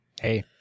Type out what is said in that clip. Hey